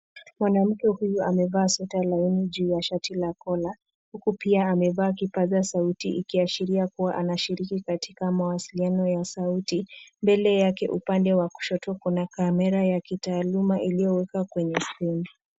Mwanamke huyu amevaa sweta laini juu ya shati la collar , huku pia amevaa kipaza sauti ikiashiria kuwa anashiriki katika mawasiliano ya sauti. Mbele yake upande wa kushoto kuna kamera ya kitaaluma iliyowekwa kwenye stendi.